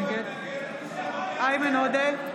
נגד איימן עודה,